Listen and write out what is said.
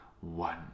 one